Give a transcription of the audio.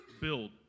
Build